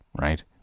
right